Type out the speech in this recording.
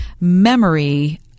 memory